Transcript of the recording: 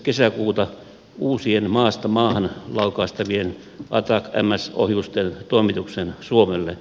kesäkuuta uusien maasta maahan laukaistavien atacms ohjusten toimituksen suomelle